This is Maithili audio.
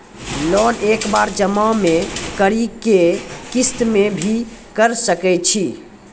लोन एक बार जमा म करि कि किस्त मे भी करऽ सके छि?